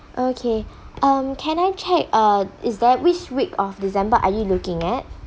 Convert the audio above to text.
okay um can I check uh is that which week of december are you looking at